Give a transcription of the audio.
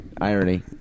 irony